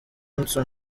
hudson